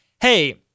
hey